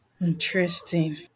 Interesting